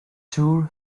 tour